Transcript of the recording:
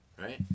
right